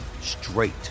straight